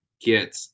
get